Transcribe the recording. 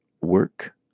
work